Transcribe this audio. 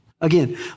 Again